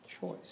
Choice